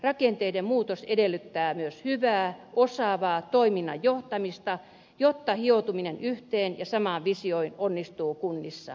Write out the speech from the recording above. rakenteiden muutos edellyttää myös hyvää osaavaa toiminnan johtamista jotta hioutuminen yhteen ja samaan visioon onnistuu kunnissa